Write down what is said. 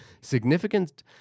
significant